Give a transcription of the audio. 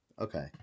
Okay